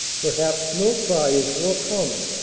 perhaps no cry is more common,